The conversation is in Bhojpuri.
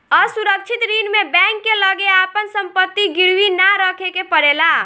असुरक्षित ऋण में बैंक के लगे आपन संपत्ति गिरवी ना रखे के पड़ेला